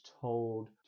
told